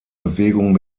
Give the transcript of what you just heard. bewegung